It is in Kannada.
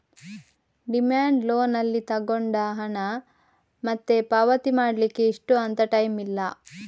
ಡಿಮ್ಯಾಂಡ್ ಲೋನ್ ಅಲ್ಲಿ ತಗೊಂಡ ಹಣ ಮತ್ತೆ ಪಾವತಿ ಮಾಡ್ಲಿಕ್ಕೆ ಇಷ್ಟು ಅಂತ ಟೈಮ್ ಇಲ್ಲ